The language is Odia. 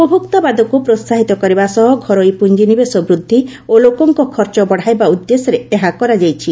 ଉପଭୋକ୍ତାବାଦକୁ ପ୍ରୋହାହିତ କରିବା ସହ ଘରୋଇ ପୁଞ୍ଜି ନିବେଶ ବୃଦ୍ଧି ଓ ଲୋକଙ୍କ ଖର୍ଚ୍ଚ ବଡ଼ାଇବା ଉଦ୍ଦେଶ୍ୟରେ ଏହା କରାଯାଇଛି